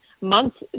months